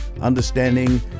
understanding